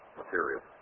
material